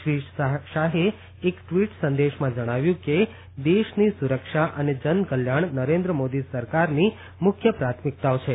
શ્રી શાહે એક ટ્વીટ સંદેશામાં જણાવ્યું છે કે દેશની સુરક્ષા અને જનકલ્યાણ નરેન્દ્રમોદી સરકારની મુખ્ય પ્રાથમિકતાઓ છે